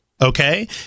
Okay